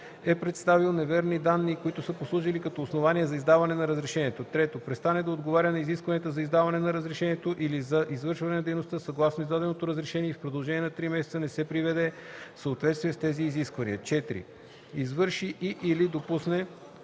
е представил неверни данни, които са послужили като основание за издаване на разрешението; 3. престане да отговаря на изискванията за издаване на разрешението или за извършване на дейността съгласно издаденото разрешение и в продължение на три месеца не се приведе в съответствие с тези изисквания; 4. извърши и/или допусне